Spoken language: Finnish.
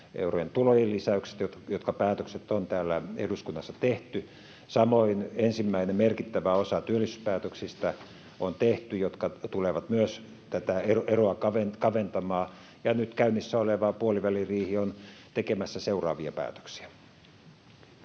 euron tulojen lisäykset, joista päätökset on täällä eduskunnassa tehty. Samoin on tehty ensimmäinen merkittävä osa työllisyyspäätöksistä, jotka tulevat myös tätä eroa kaventamaan, ja nyt käynnissä oleva puoliväliriihi on tekemässä seuraavia päätöksiä.